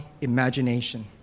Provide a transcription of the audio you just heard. imagination